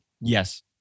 Yes